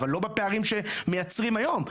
אבל לא בפערים שמייצרים היום.